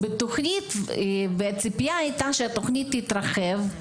הציפייה הייתה שהתוכנית תתרחב,